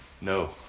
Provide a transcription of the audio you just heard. No